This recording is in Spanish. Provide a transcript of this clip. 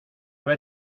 ver